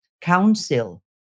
council